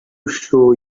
show